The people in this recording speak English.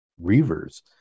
reavers